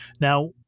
Now